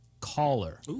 Caller